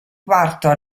quarto